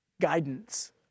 Guidance